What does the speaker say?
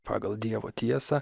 pagal dievo tiesą